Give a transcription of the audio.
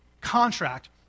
contract